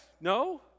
No